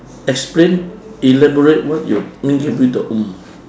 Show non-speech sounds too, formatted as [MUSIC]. explain elaborate what you mean give you the [NOISE]